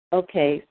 okay